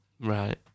Right